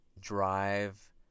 drive